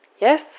Yes